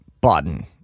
button